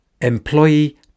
employee